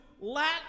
Latin